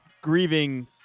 grieving